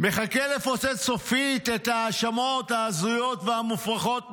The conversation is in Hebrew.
מחכה לפוצץ סופית את ההאשמות ההזויות והמופרכות נגדי,